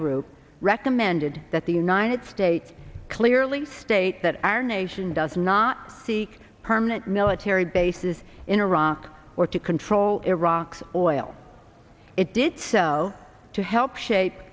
group recommended that the united states clearly state that our nation does not seek permanent military bases in iraq or to control iraq's oil it did so to help shape